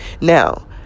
Now